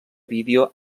vídeo